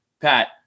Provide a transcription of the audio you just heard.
Pat